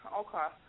okay